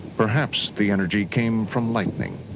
perhaps the energy came from lightning.